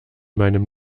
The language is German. meinem